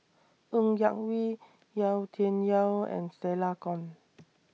Ng Yak Whee Yau Tian Yau and Stella Kon